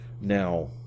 Now